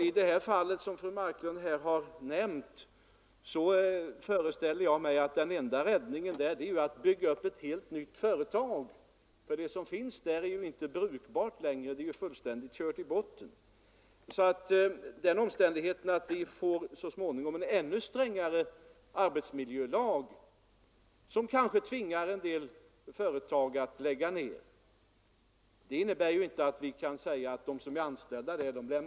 I det fall som fru Marklund här har nämnt föreställer jag mig att den enda räddningen är att bygga upp ett helt nytt företag. Det som finns där är ju inte brukbart längre; det är fullständigt kört i botten. Den omständigheten att vi så småningom får en ännu strängare arbetsmiljölag, som kanske tvingar en del företag att lägga ner, innebär inte att vi lämnar deras anställda vind för våg.